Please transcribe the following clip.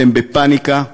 אתם בפניקה,